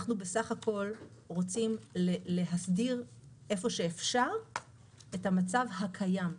אנחנו בסך הכול רוצים להסדיר איפה שאפשר את המצב הקיים.